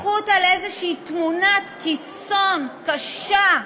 הפכו אותה לאיזושהי תמונת קיצון קשה,